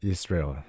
Israel